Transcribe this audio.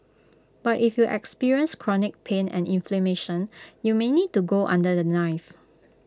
but if you experience chronic pain and inflammation you may need to go under the knife